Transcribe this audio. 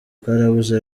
karabuze